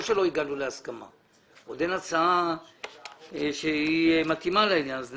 לא שלא הגענו להסכמות אלא עוד אין הצעה שמתאימה לעניין הזה.